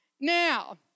Now